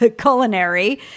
culinary